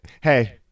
Hey